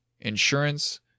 insurance